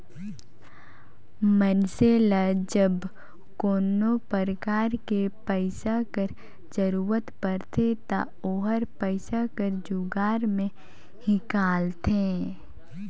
मइनसे ल जब कोनो परकार ले पइसा कर जरूरत परथे ता ओहर पइसा कर जुगाड़ में हिंकलथे